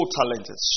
talented